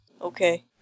Okay